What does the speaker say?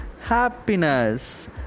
happiness